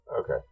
Okay